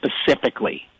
specifically